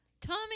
Tommy